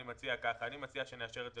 אני מציע כך: אני מציע שנאשר את זה